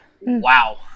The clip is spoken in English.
Wow